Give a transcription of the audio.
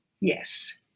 Yes